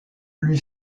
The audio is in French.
lui